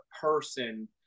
person